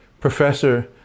Professor